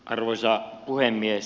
arvoisa puhemies